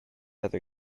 other